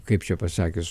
kaip čia pasakius